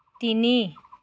তিনি